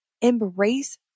Embrace